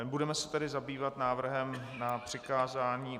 Budeme se tedy zabývat návrhem na přikázání...